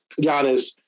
Giannis